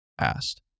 asked